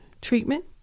treatment